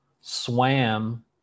swam